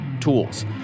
tools